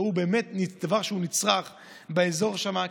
זה באמת דבר שהוא נצרך באזור שם,